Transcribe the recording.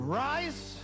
rise